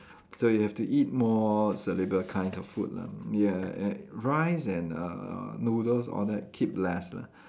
so you have to eat more soluble kinds of food lah ya ya rice and uh uh noodles all that keep less lah